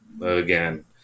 again